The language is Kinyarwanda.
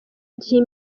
gihe